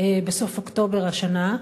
בסוף אוקטובר השנה,